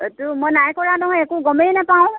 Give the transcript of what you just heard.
এইটো মই নাই কৰা নহয় একো গমে নাপাওঁ